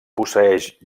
posseeix